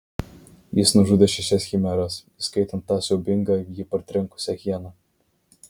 jis nužudė šešias chimeras įskaitant tą siaubingą jį partrenkusią hieną